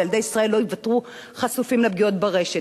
וילדי ישראל לא ייוותרו חשופים לפגיעות ברשת.